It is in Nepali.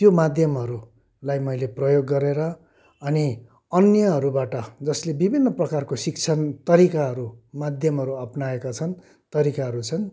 त्यो माध्यमहरूलाई मैले प्रयोग गरेर अनि अन्यहरूबाट जसले विभिन्न प्रकारको शिक्षण तरिकाहरू माध्यामहरू अपनाएका छन् तरिकाहरू छन्